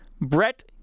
Brett